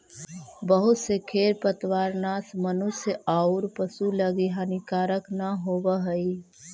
बहुत से खेर पतवारनाश मनुष्य औउर पशु लगी हानिकारक न होवऽ हई